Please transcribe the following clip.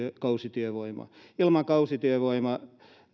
kausityövoimaa ilman kausityövoimaa